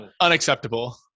unacceptable